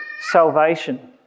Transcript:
salvation